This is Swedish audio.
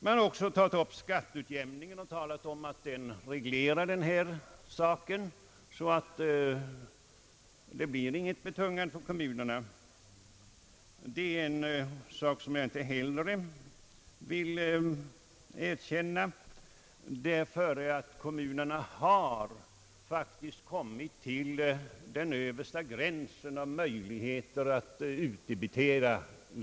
Man har också tagit upp skatteutjämningen och talat om att den reglerar förhållandena så, att utgifterna inte blir betungande för kommunerna. Det är en sak som jag inte heller vill erkänna, ty kommunerna har faktiskt kommit till den översta gränsen av möjligheterna att utdebitera.